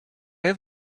have